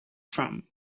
from